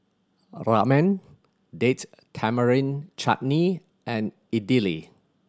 Ramen Date Tamarind Chutney and Idili